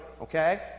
Okay